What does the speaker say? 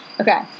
Okay